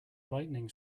lightening